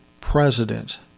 president